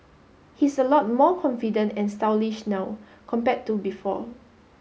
he's a lot more confident and stylish now compared to before